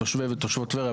תושבי ותושבות טבריה,